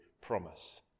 promise